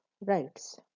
Rights